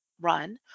run